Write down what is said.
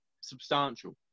substantial